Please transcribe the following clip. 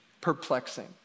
perplexing